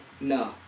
no